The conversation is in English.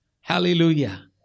Hallelujah